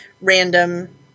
random